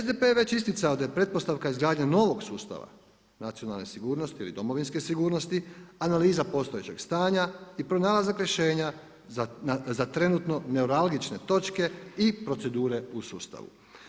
SDP je već isticao da je pretpostavka izgradnja novog sustava nacionalne sigurnosti ili domovinske sigurnosti analiza postojećeg stanja i pronalazak rješenja za trenutno neuralgične točke i procedure u sustavu.